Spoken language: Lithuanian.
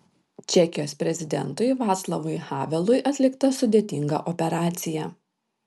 čekijos prezidentui vaclavui havelui atlikta sudėtinga operacija